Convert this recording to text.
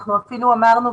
אני אפילו אמרתי,